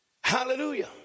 Hallelujah